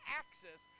access